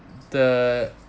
the